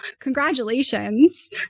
congratulations